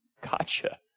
gotcha